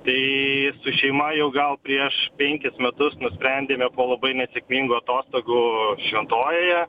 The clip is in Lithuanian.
tai su šeima jau gal prieš penkis metus nusprendėme po labai nesėkmingų atostogų šventojoje